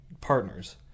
partners